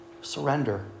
Surrender